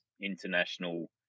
international